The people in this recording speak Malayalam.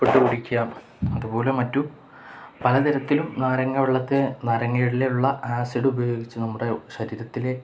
ഉപ്പിട്ടു കുടിക്കാം അതുപോലെ മറ്റു പലതരത്തിലും നാരങ്ങവെള്ളത്തെ നാരങ്ങയിലുള്ള ആസിഡ് ഉപയോഗിച്ച് നമ്മുടെ ശരീരത്തിലെ